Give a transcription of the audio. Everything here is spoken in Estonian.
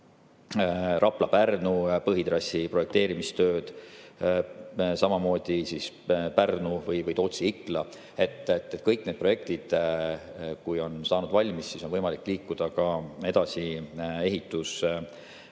Rapla–Pärnu põhitrassi projekteerimistööd, samamoodi Pärnu või Tootsi–Ikla. Kui kõik need projektid on saanud valmis, siis on võimalik liikuda edasi ehitushangetega.